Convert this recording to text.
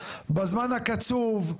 בזמן הקצוב,